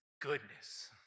goodness